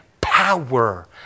power